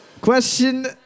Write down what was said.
Question